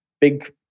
big